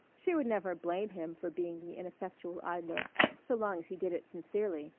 she would never blame him for being the ineffectual idler so long as he did it sincerely,